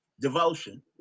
Devotion